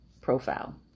profile